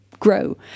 grow